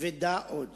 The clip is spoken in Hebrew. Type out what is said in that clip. "ודע עוד